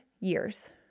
years